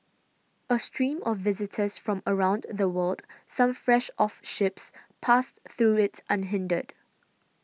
a stream of visitors from around the world some fresh off ships passed through it unhindered